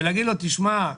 ולהגיד לו: תשמע,